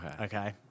Okay